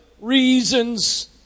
reasons